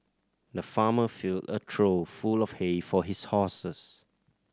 the farmer filled a trough full of hay for his horses